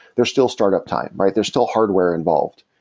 there's still startup time, right? there's still hardware involved.